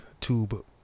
Tube